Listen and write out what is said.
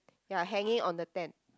ya hanging on the tent